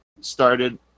started